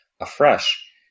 afresh